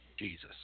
Jesus